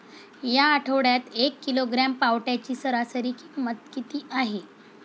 या आठवड्यात एक किलोग्रॅम पावट्याची सरासरी किंमत किती आहे?